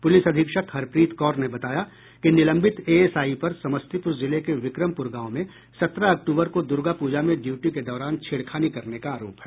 police अधीक्षक हरप्रीत कौर ने बताया कि निलंबित एएसआई पर समस्तीपुर जिले के बिक्रमपुर गाँव में सत्रह अक्टूबर को दूर्गा पूजा मे ड्यूटी के दौरान छेड़खानी करने का आरोप है